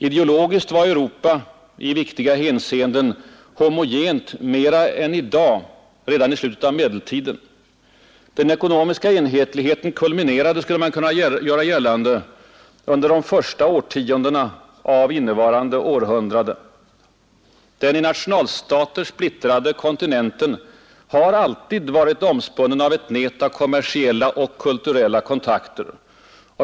Ideologiskt var Europa redan i slutet av medeltiden i viktiga hänseenden mer homogent än i dag. Den ekonomiska enhetligheten kulminerade, skulle man kunna göra gällande, under de första årtiondena av innevarande århundrade. Den i nationalstater splittrade kontinenten har alltid varit omspunnen av ett nät av kommersiella och kulturella kontakter.